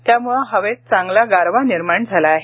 त्यामुळे हवेत चांगला गारवा निर्माण झाला आहे